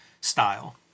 style